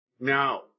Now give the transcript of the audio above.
Now